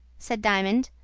said diamond.